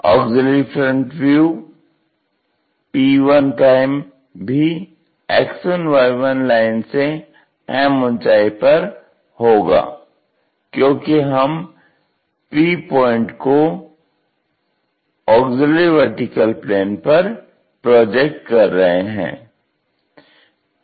auxiliary front view p1 भी X1Y1 line से m ऊंचाई पर होगा क्योंकि हम P पॉइंट को AVP पर प्रोजेक्ट कर रहे हैं